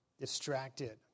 distracted